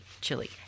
chili